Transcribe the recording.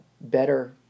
better